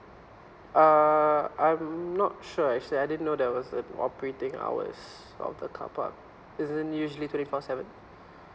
uh I'm not sure actually I didn't know there was an operating hours of the car parks isn't it usually twenty four seven